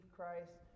Christ